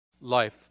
Life